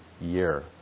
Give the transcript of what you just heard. year